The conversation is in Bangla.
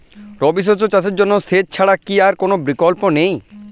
রবি শস্য চাষের জন্য সেচ ছাড়া কি আর কোন বিকল্প নেই?